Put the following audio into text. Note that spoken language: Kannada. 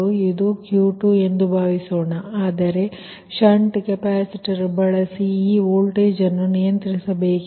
ಇದು Q2ಎಂದು ಭಾವಿಸೋಣ ಆದರೆ ಷಂಟ್ ಕೆಪಾಸಿಟರ್ ಬಳಸಿ ಈ ವೋಲ್ಟೇಜ್ ಅನ್ನು ನಿಯಂತ್ರಿಬೇಕಿದೆ